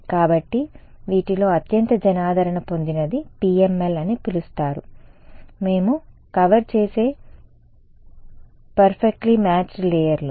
కాబట్టి వీటిలో అత్యంత జనాదరణ పొందినది PML అని పిలుస్తారు మేము కవర్ చేసే పర్ఫెక్ట్లీ మ్యాచ్డ్ లేయర్లు